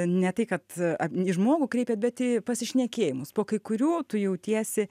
ne tai kad į žmogų kreipėt bet į pasišnekėjimus po kai kurių tu jautiesi